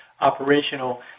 operational